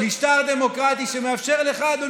שללתם את האזרחות של יגאל עמיר?